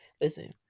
listen